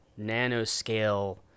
nanoscale